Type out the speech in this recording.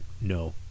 No